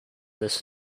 this